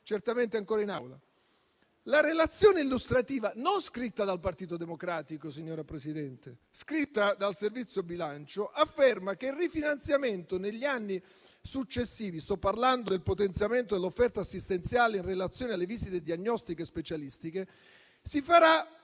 certamente ancora in Aula. Ebbene, la relazione illustrativa - non scritta dal Partito Democratico, signora Presidente, ma dal Servizio bilancio - afferma che «per il rifinanziamento negli anni successivi» - sto parlando del potenziamento dell'offerta assistenziale in relazione alle visite diagnostiche specialistiche - «si farà